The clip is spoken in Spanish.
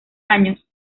años